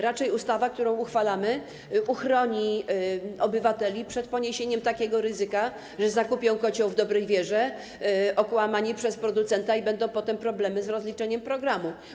Raczej ustawa, którą uchwalamy, uchroni obywateli przed poniesieniem takiego ryzyka, że zakupią kocioł w dobrej wierze, okłamani przez producenta, i będą potem problemy z rozliczeniem w ramach programu.